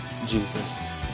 Jesus